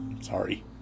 Sorry